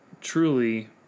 truly